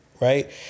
right